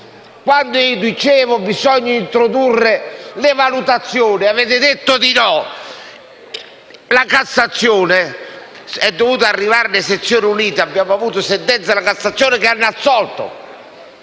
quando dicevo che bisognava introdurre le valutazioni e voi avete detto di no? La Cassazione è dovuta intervenire a sezioni unite. Abbiamo avuto sentenze della Cassazione che hanno assolto